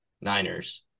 Niners